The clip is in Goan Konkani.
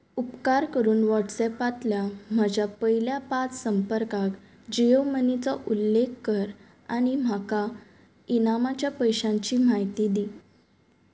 उपकार करून वॉट्सॅपातल्या म्हज्या पयल्या पांच संपर्काक जियो मनीचो उल्लेख कर आनी म्हाका इनामाच्या पयशांची म्हायती दी